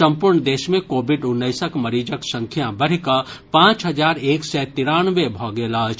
संपूर्ण देश मे कोविड उन्नैसक मरीजक संख्या बढ़िकऽ पांच हजार एक सय तिरानवे भऽ गेल अछि